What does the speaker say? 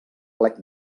plec